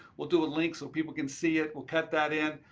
we'll do a link so people can see it. we'll cut that in.